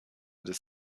des